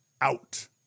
out